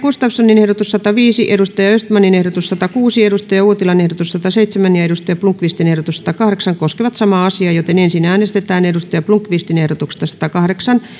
gustafssonin ehdotus sataviisi peter östmanin ehdotus satakuusi kari uotilan ehdotus sataseitsemän ja thomas blomqvistin ehdotus satakahdeksan koskevat samaa asiaa ensin äänestetään ehdotuksesta satakahdeksan